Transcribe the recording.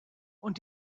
und